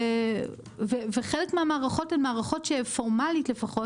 וחלק מהמערכות הן מערכות שפורמלית לפחות